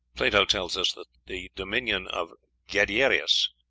plato tells us that the dominion of gadeirus,